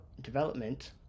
development